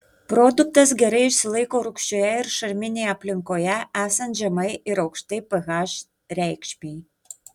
produktas gerai išsilaiko rūgščioje ir šarminėje aplinkoje esant žemai ir aukštai ph reikšmei